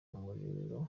umuriro